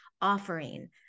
offering